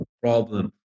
problem